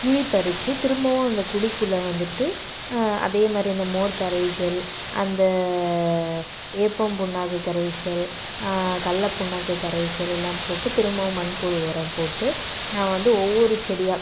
குழி பறிச்சு திரும்பவும் அந்த குழிக்குள்ளே வந்துவிட்டு அதே மாரி அந்த மோர்க் கரைசல் அந்த வேப்பம் புண்ணாக்கு கரைசல் கல்லப் புண்ணாக்கு கரைசல் எல்லாம் போட்டு திரும்பவும் மண்புழு உரம் போட்டு நான் வந்து ஒவ்வொரு செடியாக